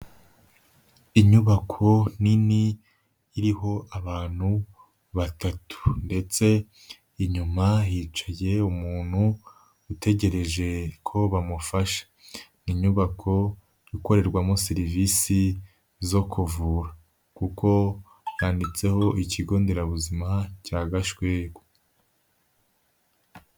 Inyubako nini iriho abantu batatu ndetse inyuma hicaye umuntu utegereje ko bamufasha, ni inyubako ikorerwamo serivise zo kuvura kuko yanditseho ikigo nderabuzima cya Gashwegu.